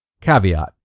Caveat